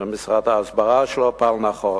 במשרד ההסברה, שלא פעל נכון,